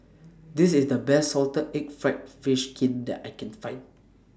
This IS The Best Salted Egg Fried Fish Skin that I Can Find